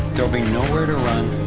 there will be nowhere to run,